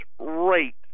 rate